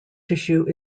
tissue